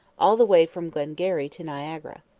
all the way from glengarry to niagara.